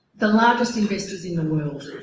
the largest investors in the world